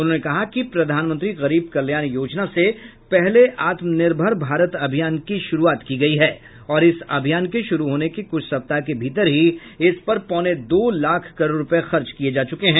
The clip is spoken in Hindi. उन्होंने कहा कि प्रधानमंत्री गरीब कल्याण योजना से पहले आत्मनिर्भर भारत अभियान की शुरूआत की गई है और इस अभियान के शुरू होने के कुछ सप्ताह के भीतर ही इस पर पौने दो लाख करोड़ रुपये खर्च किए जा चूके हैं